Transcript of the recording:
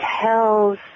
tells